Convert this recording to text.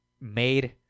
made